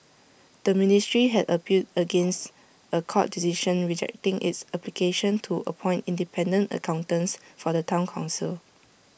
the ministry had appealed against A court decision rejecting its application to appoint independent accountants for the Town Council